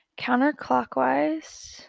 counterclockwise